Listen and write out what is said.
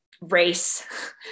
race